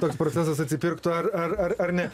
toks procesas atsipirktų ar ar ar ne